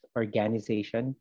organization